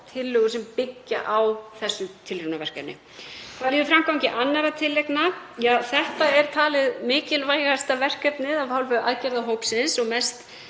tillögur sem byggja á þessu tilraunaverkefni. Hvað líður framgangi annarra tillagna? Ja, þetta er talið mikilvægasta verkefnið af hálfu aðgerðahópsins og mest